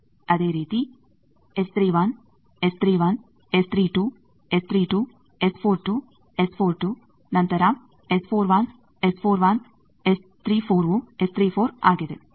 ಅದೇ ರೀತಿ ನಂತರ ವು ಆಗಿದೆ